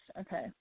Okay